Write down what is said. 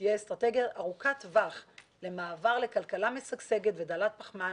שתהיה אסטרטגיה ארוכת טווח למעבר לכלכלה משגשגת ודלת פחמן